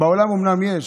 בעולם אומנם יש,